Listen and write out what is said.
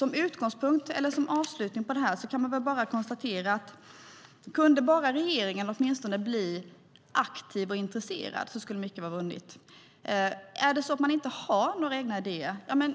Låt mig avsluta med att konstatera att om regeringen bara kunde bli aktiv och intresserad skulle mycket vara vunnet. Har man inga idéer får man